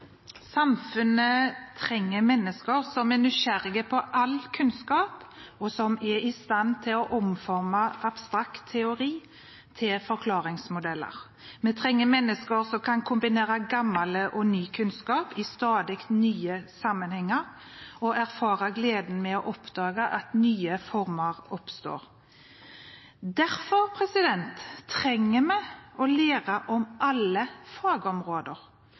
på all kunnskap, og som er i stand til å omforme abstrakt teori til forklaringsmodeller. Vi trenger mennesker som kan kombinere gammel og ny kunnskap i stadig nye sammenhenger og erfare gleden ved å oppdage at nye former oppstår. Derfor trenger vi å lære om alle fagområder